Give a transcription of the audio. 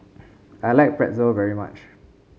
I like Pretzel very much